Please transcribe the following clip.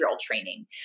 training